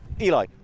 Eli